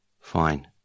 Fine